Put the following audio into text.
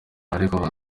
ariko